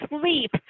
sleep